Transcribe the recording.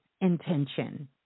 intention